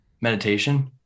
meditation